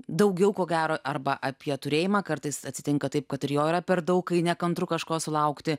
daugiau ko gero arba apie turėjimą kartais atsitinka taip kad ir jo yra per daug kai nekantru kažko sulaukti